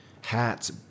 hats